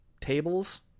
tables